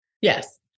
Yes